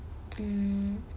mm